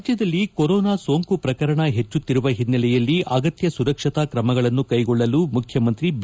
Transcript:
ರಾಜ್ಯದಲ್ಲಿ ಕೋರೋನಾ ಸೋಂಕು ಪ್ರಕರಣ ಹೆಚ್ಚುಕ್ತಿರುವ ಹಿನ್ನಲೆಯಲ್ಲಿ ಆಗತ್ಯ ಸುರಕ್ಷತ್ತಾತ್ರಮಗಳನ್ನು ಕೈಗೊಳ್ಳಲು ಮುಖ್ಯಮಂತ್ರಿ ಬಿ